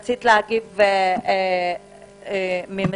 בבקשה,